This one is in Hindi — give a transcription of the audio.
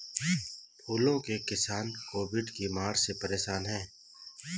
फूलों के किसान कोविड की मार से परेशान है